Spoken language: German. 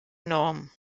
norm